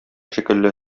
шикелле